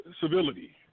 civility